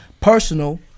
personal